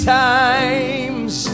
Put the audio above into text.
times